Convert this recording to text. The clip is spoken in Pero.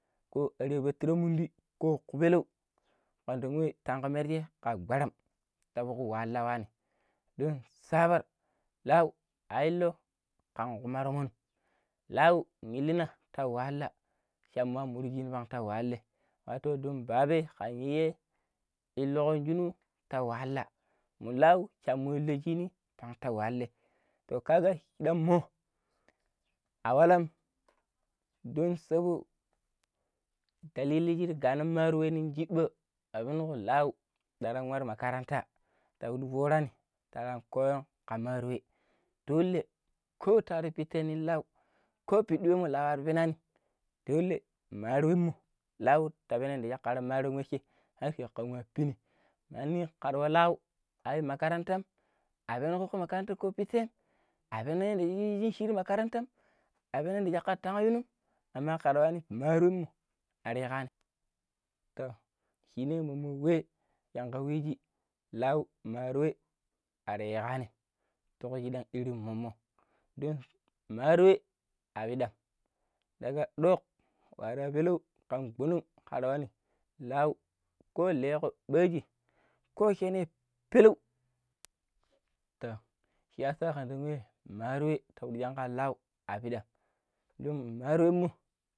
﻿Ko are pattiramundu ku kubpeleu kanda wei tanko merje ka gwaram ta tuku wahala wani do saban lau a illo kan kuman romon lau yillina ta wahala kamma murƙeni ta wahala wato don baba ka iyai illokon junu ta wahala mun lau sha inlon shini ta wahala to kaga shidam mo awalam don sabo dalilin shi ram ganan maro wei shibba a beneƙo lau daran maru makaranta ta fudu foorani taran koyon ka maro wei dole ko ta wari pittai nin lau ko piddi weimmo lau ar penani dole maro weimo lau ta bennom yadda shakka maron weiche har shakko kan wa pini mandi karawa lau ayu makaranta abenago kokko makaranta koh pittai abenaƙo yanda shi shi yirji ti makarantam abenoƙo shi jaka tayiru amma kara wani maron mo ar yikani to shine manmo wei shin ka weiji lau maro wei ari yaƙanin tuku shidam irin mommommo don maro wey apidam daga dok, waara peleu kan gbonong kaara wani lau ko leeƙo pooji ko shenne peleu toh shiyasa kanda wei marawei ti bidi shanka leu a pidda mun maro weinmo.